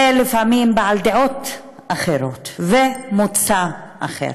ולפעמים בעל דעות אחרות ומוצא אחר.